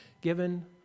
given